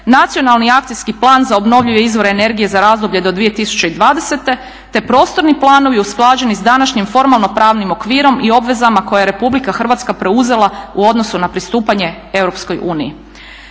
Nacionalni akcijski plan za obnovljive izvore energije za razdoblje do 2020. te prostorni planovi usklađeni sa današnjim formalno-pravnim okvirom i obvezama koje je Republika Hrvatska preuzela u odnosu na pristupanje EU.